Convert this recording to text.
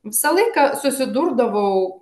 visą laiką susidurdavau